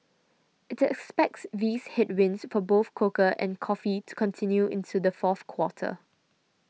it expects these headwinds for both cocoa and coffee to continue into the fourth quarter